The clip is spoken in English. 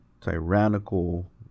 tyrannical